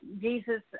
Jesus